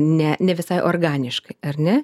ne ne visai organiškai ar ne